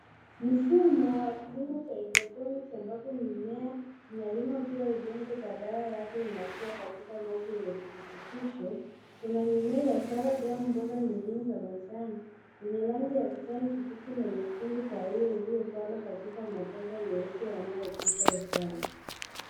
Mfumo wa kilimo cha hydroponics ambapo mimea inalimwa bila udongo badala yake inakua katika maji yenye virutubisho. Kuna mimea ya salad au mboga nyingine za majani yenye rangi ya kijani kibichi na nyekundu kahawia iliyopandwa katika mabomba meupe yanayopita usawa.